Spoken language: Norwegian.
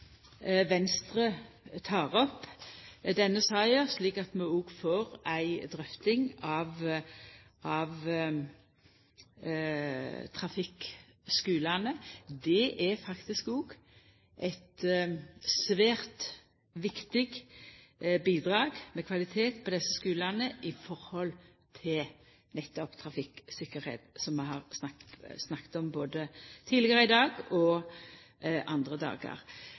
Venstre tek opp denne saka, slik at vi òg får ei drøfting av trafikkskulane. Kvalitet på desse skulane er faktisk eit svært viktig bidrag i forhold til nettopp trafikktryggleik, som vi har snakka om både tidlegare i dag og andre dagar.